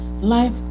Life